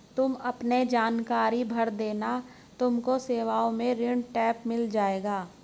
तुम अपने जानकारी भर देना तुमको सेवाओं में ऋण टैब मिल जाएगा